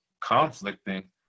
conflicting